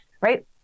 Right